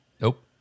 nope